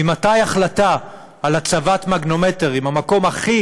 ממתי החלטה על הצבת מגנומטרים במקום הכי